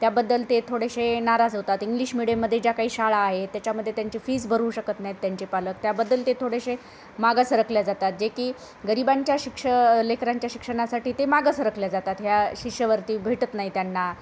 त्याबद्दल ते थोडेसे नाराज होतात इंग्लिश मिडियममध्ये ज्या काही शाळा आहे त्याच्यामध्ये त्यांची फीस भरू शकत नाहीत त्यांचे पालक त्याबद्दल ते थोडेसे मागं सरकल्या जातात जे की गरिबांच्या शिक्ष लेकरांच्या शिक्षणासाठी ते मागं सरकल्या जातात ह्या शिष्यवृत्ती भेटत नाही त्यांना